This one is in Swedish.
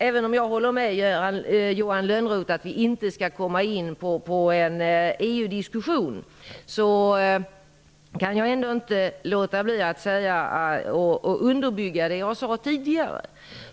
Även om jag håller med Johan Lönnroth om att vi inte skall komma in på en EU-diskussion kan jag inte låta bli att underbygga det jag sade tidigare.